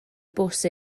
bws